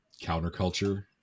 counterculture